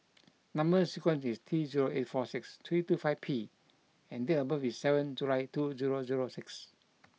number sequence is T zero eight four six three two five P and date of birth is seventh July two zero zero six